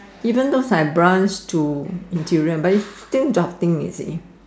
even though I branch to interior but its still drafting you see